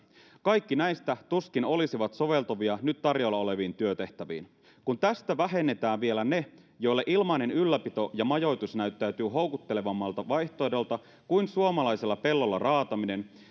kaikki näistä tuskin olisivat soveltuvia nyt tarjolla oleviin työtehtäviin kun tästä vähennetään vielä ne joille ilmainen ylläpito ja majoitus näyttäytyvät houkuttelevammalta vaihtoehdolta kuin suomalaisella pellolla raataminen